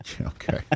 Okay